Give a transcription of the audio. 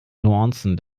nuancen